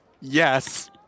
Yes